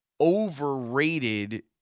overrated